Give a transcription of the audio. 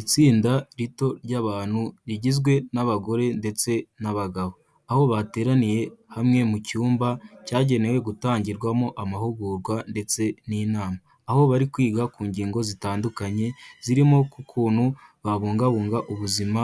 Itsinda rito ry'abantu rigizwe n'abagore ndetse n'abagabo, aho bateraniye hamwe mu cyumba cyagenewe gutangirwamo amahugurwa ndetse n'inama, aho bari kwiga ku ngingo zitandukanye zirimo k'ukuntu babungabunga ubuzima